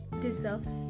deserves